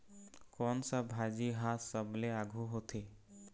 कोन सा भाजी हा सबले आघु होथे?